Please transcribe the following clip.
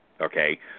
okay